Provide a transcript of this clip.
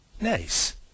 Nice